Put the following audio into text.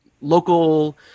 local